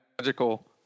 magical